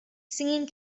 singing